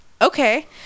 okay